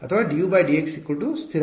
ಅಥವಾ dUdx ಸ್ಥಿರ